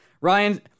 Ryan